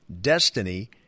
destiny